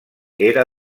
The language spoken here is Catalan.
era